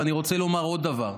ואני רוצה לומר עוד דבר.